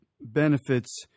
benefits